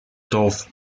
dorf